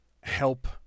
help